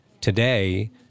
today